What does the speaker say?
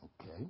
Okay